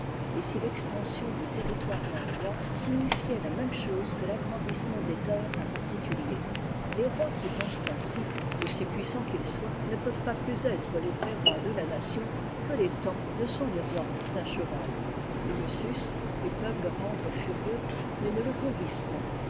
et si l'extension du ter ritoire d'un roi signifiait la même chose que l'agrandissement'des terres d'un particulier les rois qui pensent ainsi aussi puissants qu'ils soient ne peuvent pas plus être les vrais rois de la nation que les taons ne sont les rois d'un cheval ils le sucent et peuvent le rendre furieux mais ne le conduisent pas